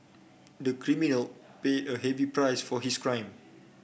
the criminal pay a heavy price for his crime